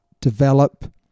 develop